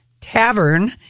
Tavern